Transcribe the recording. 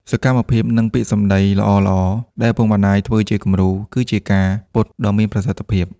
សកម្មភាព និងពាក្យសម្ដីល្អៗដែលឪពុកម្ដាយធ្វើជាគំរូ គឺជាការ «ពត់» ដ៏មានប្រសិទ្ធភាព។